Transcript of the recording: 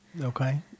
Okay